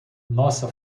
nossa